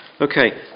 Okay